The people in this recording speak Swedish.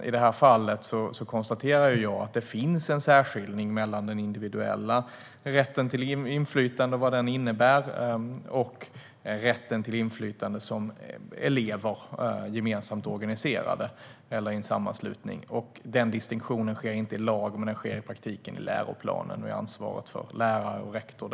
I det här fallet konstaterar jag att det finns en särskiljning mellan den individuella rätten till inflytande och vad den innebär och rätten till inflytande som elever, gemensamt organiserade eller i en sammanslutning. Den distinktionen sker inte i lag, men den sker i praktiken i läroplanen och är därmed ett ansvar för lärare och rektor.